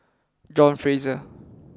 John Fraser